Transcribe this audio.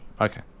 Okay